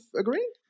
agree